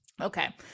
okay